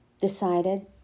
decided